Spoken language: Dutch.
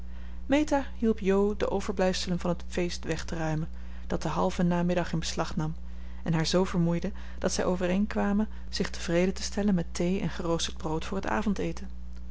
jo de overblijfselen van het feest weg te ruimen dat den halven namiddag in beslag nam en haar zoo vermoeide dat zij overeen kwamen zich tevreden te stellen met thee en geroosterd brood voor het avondeten